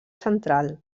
central